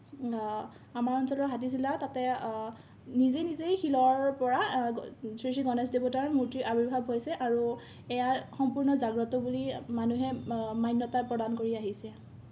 আমাৰ অঞ্চলৰ হাতীচিলা তাতে নিজে নিজেই শিলৰ পৰা শ্ৰী শ্ৰী গণেশ দেৱতাৰ মূৰ্তিৰ আবিৰ্ভাৱ হৈছে আৰু এইয়া সম্পূৰ্ণ জাগ্ৰত বুলি মানুহে মান্যতা প্ৰদান কৰি আহিছে